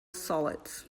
solids